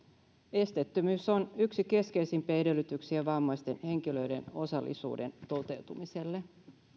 esteettömyys on yksi keskeisimpiä edellytyksiä vammaisten henkilöiden osallisuuden toteutumiselle